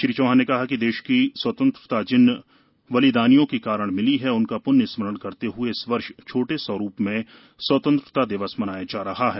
श्री चौहान ने कहा कि देश की स्वतंत्रता जिन बलिदानियों के कारण मिली है उनका पुण्य स्मरण करते हुए इस वर्ष छोटे स्वरूप में स्वतंत्रता दिवस मनाया जा रहा है